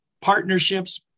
partnerships